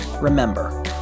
Remember